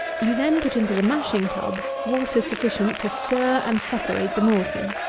you then put into the mashing-tub water sufficient to stir and separate the malt in.